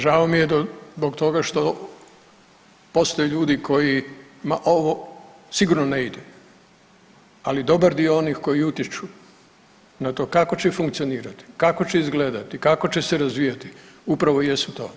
Žao mi je zbog toga što postoje ljudima kojima ovo sigurno ne ide ali dobar dio onih kojih utječu na to kako će funkcionirati, kako će izgledati, kako će se razvijati, upravo jesu to.